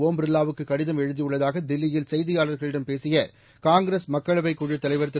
ஓம் பிர்லாவுக்கு கடிதம் எழுதியுள்ளதாக தில்லியில் செய்தியாளர்களிடம் பேசிய காங்கிரஸ் மக்களவை குழுத் தலைவர் திரு